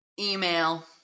Email